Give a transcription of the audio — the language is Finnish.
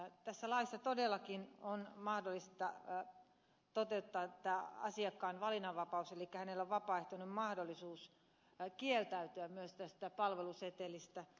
tässä laissa todellakin on mahdollista toteuttaa tämä asiakkaan valinnanvapaus elikkä hänellä on vapaaehtoinen mahdollisuus kieltäytyä myös tästä palvelusetelistä